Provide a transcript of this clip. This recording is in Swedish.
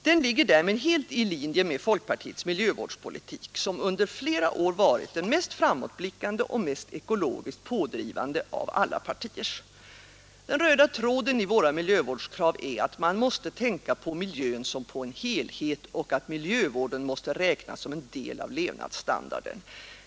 Den ligger därmed helt i linje med folkpartiets miljövårdspolitik som i flera år varit den mest framåtblickande och mest ekologiskt pådrivande av alla partiers. Den röda tråden i våra miljövårdskrav är att man måste tänka på miljön som en helhet och att miljövården måste räknas som en del av levnadsstandarden.